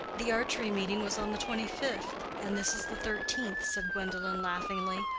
the archery meeting was on the twenty fifth, and this is the thirteenth, said gwendolen, laughingly.